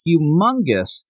humongous